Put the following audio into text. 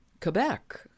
Quebec